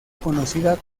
conocida